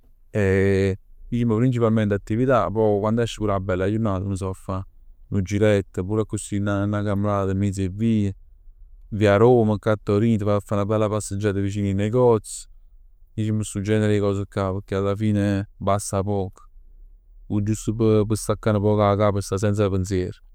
Principalmente attività, pò quann esce pur 'a bella jurnat, uno s' va a fa nu girett, pure accussì 'na camminat miezz 'e vie. Via Roma ccà a Torino, ti vaje a fa 'na bella passeggiata vicino 'e negozi. Dicimm stu genere ccà pecchè alla fine basta poco, giusto p' p' staccà nu poc 'a capa e sta senza pensier.